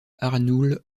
arnoul